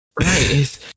right